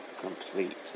complete